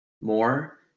more